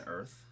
Earth